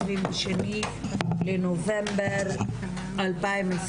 היום ה-22/11/2021